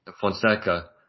Fonseca